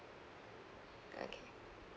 okay